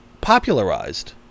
popularized